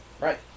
Right